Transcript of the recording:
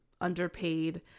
underpaid